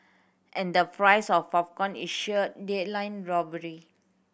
and the price of popcorn is sheer daylight robbery